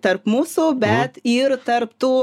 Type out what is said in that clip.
tarp mūsų bet ir tarp tų